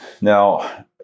Now